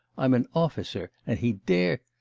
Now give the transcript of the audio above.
i'm an officer, and he dares.